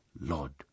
lord